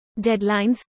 deadlines